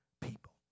people